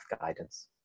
guidance